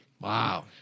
Wow